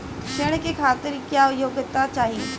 ऋण के खातिर क्या योग्यता चाहीं?